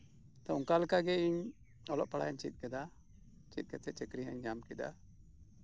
ᱛᱚ ᱚᱱᱠᱟ ᱞᱮᱠᱟᱜᱮ ᱤᱧ ᱚᱞᱚᱜ ᱯᱟᱲᱦᱟᱜ ᱤᱧ ᱪᱮᱫ ᱠᱮᱫᱟ ᱪᱮᱫ ᱠᱟᱛᱮ ᱪᱟᱹᱠᱨᱤ ᱦᱚᱧ ᱧᱟᱢ ᱠᱮᱫᱟ